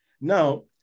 Now